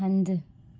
हंधु